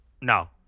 No